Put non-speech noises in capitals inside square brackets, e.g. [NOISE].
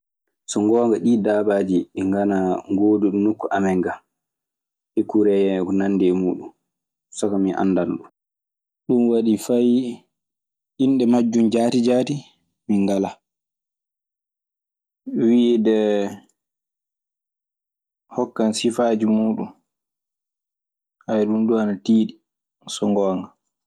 So ngoonga ɗii daabaaji ɗi nganaa ngooduɗi nokku amen gaa. Ekkurey en e ko nandi e muuɗun saka min anndana ɗun. Ɗun waɗi fay innɗe majjun jaati jaati min ngalaa. Wiide hokkan sifaaji muuɗun [HESITATION] ɗun duu ana tiiɗi so ngoonga.